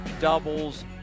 doubles